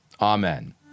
Amen